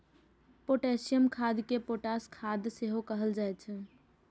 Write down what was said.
potassium खाद कें potash खाद सेहो कहल जाइ छै